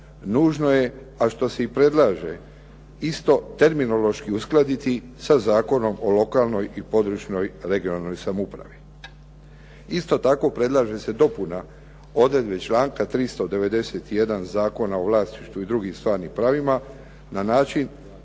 nužno je, a što se i predlaže, isto terminološki uskladiti sa Zakonom o lokalnoj i područnoj regionalnoj samoupravi. Isto tako predlaže se dopuna odredbi članka 391. Zakona o vlasništvu i drugim stvarnim pravima na način